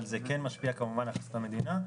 אבל זה כן משפיע כמובן על הכנסות המדינה.